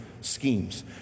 schemes